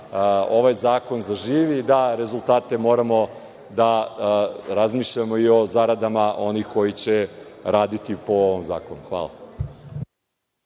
ovaj zakon zaživi, da rezultate moramo, da razmišljamo i o zaradama onih koji će raditi po zakonu. Hvala.